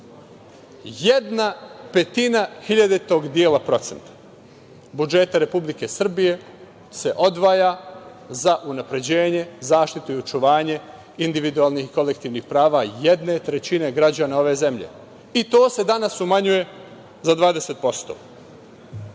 jedna petina hiljaditog dela procenta budžeta Republike Srbije se odvaja za unapređenje, zaštitu i očuvanje individualnih i kolektivnih prava jedne trećine građana ove zemlje. I to se danas umanjuje za 20%.Mi